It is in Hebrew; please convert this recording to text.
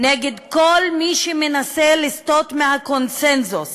נגד כל מי שמנסה לסטות מהקונסנזוס